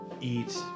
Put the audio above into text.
Eat